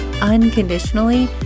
unconditionally